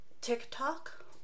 TikTok